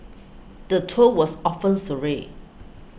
the tour was often surreal